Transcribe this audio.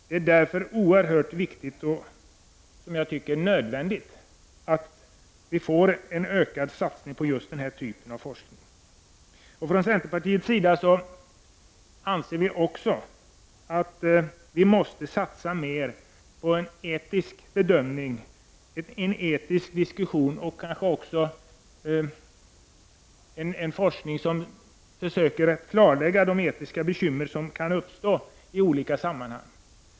Det är därför oerhört viktigt och nödvändigt att det sker en ökad satsning på den här typen av forskning. Vi i centerpartiet anser också att det måste satsas mer på en etisk bedömning, och att man för en etisk diskussion och i forskningen försöker klarlägga de etiska bekymmer som kan uppstå i olika sammanhang.